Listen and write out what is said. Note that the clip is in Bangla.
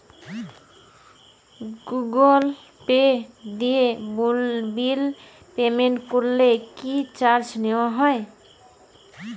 গুগল পে দিয়ে বিল পেমেন্ট করলে কি চার্জ নেওয়া হয়?